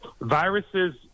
Viruses